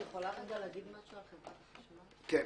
רן,